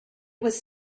was